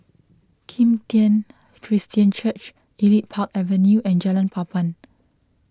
Kim Tian Christian Church Elite Park Avenue and Jalan Papan